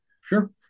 Sure